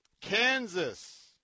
Kansas